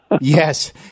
Yes